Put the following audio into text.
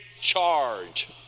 charge